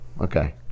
Okay